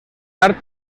tard